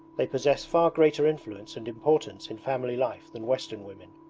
they possess far greater influence and importance in family-life than western women.